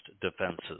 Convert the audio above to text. defenses